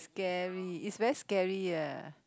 scary it's very scary ah